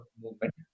movement